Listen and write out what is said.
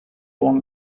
won